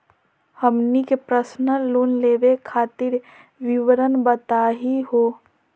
हमनी के personal loan लेवे खातीर विवरण बताही हो?